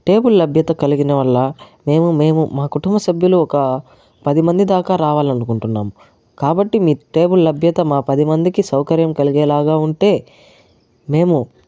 table లభ్యత కలిగిన వాళ్ళ మేము మేము మా కుటుంబ సభ్యులు ఒక పదిమంది దాకా రావాలనుకుంటున్నాం కాబట్టి మీ టేబుల్ లభ్యత మా పది మందికి సౌకర్యం కలిగేలాగా ఉంటే మేము